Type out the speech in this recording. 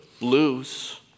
lose